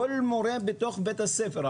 כל מורה בתוך בית ספר,